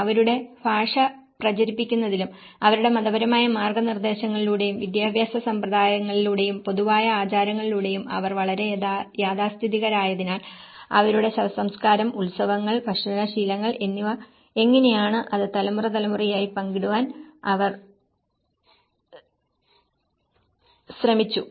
അവരുടെ ഭാഷ പ്രചരിപ്പിക്കുന്നതിലും അവരുടെ മതപരമായ മാർഗ്ഗനിർദ്ദേശങ്ങളിലൂടെയും വിദ്യാഭ്യാസ സമ്പ്രദായങ്ങളിലൂടെയും പൊതുവായ ആചാരങ്ങളിലൂടെയും അവർ വളരെ യാഥാസ്ഥിതികരായതിനാൽ അവരുടെ ശവസംസ്കാരം ഉത്സവങ്ങൾ ഭക്ഷണശീലങ്ങൾ എന്നിവ എങ്ങനെയെന്ന് അത് തലമുറതലമുറയായി പങ്കിടുവാൻ അവർ ശ്രമിച്ചു